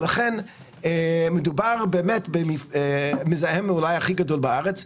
לכן מדובר במזהם אולי הכי גדול בארץ.